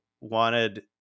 wanted